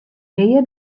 nea